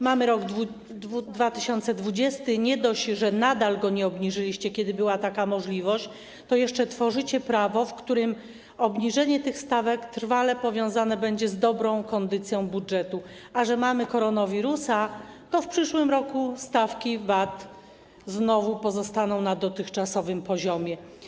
Mamy rok 2020, nie dość, że nadal go nie obniżyliście, kiedy była taka możliwość, to jeszcze tworzycie prawo, w którym obniżenie tych stawek będzie trwale powiązane z dobrą kondycją budżetu, a że mamy koronawirusa, to w przyszłym roku stawki VAT znowu pozostaną na dotychczasowym poziomie.